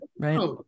Right